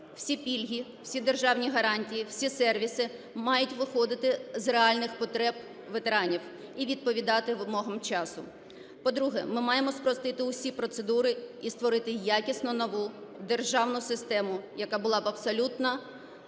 Всі пільги, всі державні гарантії, всі сервіси мають виходити з реальних потреб ветеранів і відповідати вимогам часу. По-друге, ми маємо спростити усі процедури і створити якісно нову державну систему, яка була б абсолютно